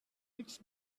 its